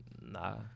nah